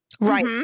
Right